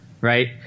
right